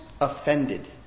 offended